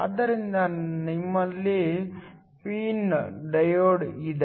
ಆದ್ದರಿಂದ ನಮ್ಮಲ್ಲಿ PIN diode ಇದೆ